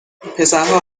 پسرها